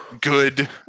good